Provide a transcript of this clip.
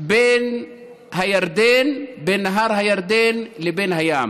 בין נהר הירדן לבין הים.